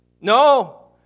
No